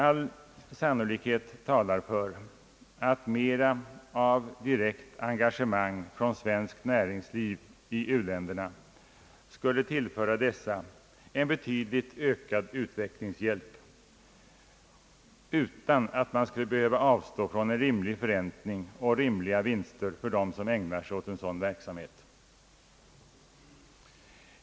All sannolikhet talar för att mer av direkt engagemang från svenskt näringsliv i u-länderna skulle tillföra dessa en betydligt ökad utvecklingshjälp utan att man skulle behöva avstå från en rimlig förräntning och rimliga vinster för dem som ägnar sig åt en sådan verksamhet.